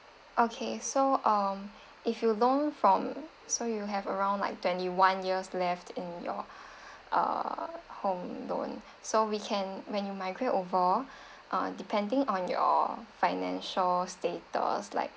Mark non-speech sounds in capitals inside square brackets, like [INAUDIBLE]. okay so um if you loan from so you have around like twenty one years left in your [BREATH] uh home loan so we can when you migrate over [BREATH] uh depending on your financial status like